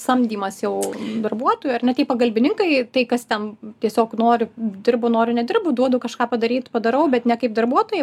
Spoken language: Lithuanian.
samdymas jau darbuotojų ar ne kaip pagalbininkai tai kas ten tiesiog nori dirbu noriu nedirbu duodu kažką padaryt padarau bet ne kaip darbuotojai